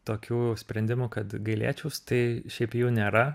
tokių sprendimų kad gailėčiaus tai šiaip jų nėra